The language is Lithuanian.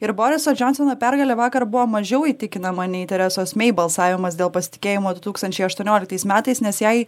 ir boriso džonsono pergalė vakar buvo mažiau įtikinama nei teresos mei balsavimas dėl pasitikėjimo du tūkstančiai aštuonioliktais metais nes jai